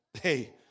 hey